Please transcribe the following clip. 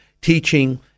teaching